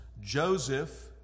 Joseph